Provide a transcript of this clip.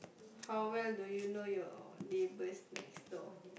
how well do you know your neighbours next door